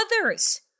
others